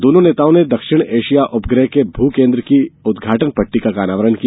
दोनों नेताओं ने दक्षिण एशिया उपग्रह के भू केन्द्र की उद्घाटन पट्टिका का अनावरण किया